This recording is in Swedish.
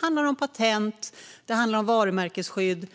Det handlar om patent, varumärkesskydd,